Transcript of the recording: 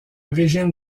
régime